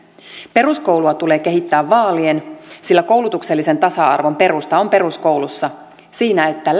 peruskoulua tulee kehittää vaalien sillä koulutuksellisen tasa arvon perusta on peruskoulussa siinä että